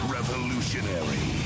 Revolutionary